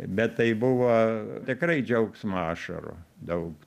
bet tai buvo tikrai džiaugsmo ašarų daug